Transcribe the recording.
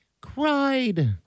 Cried